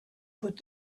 put